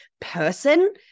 person